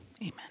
Amen